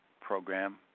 program